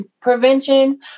prevention